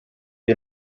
you